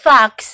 Fox